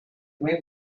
away